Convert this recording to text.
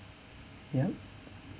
yup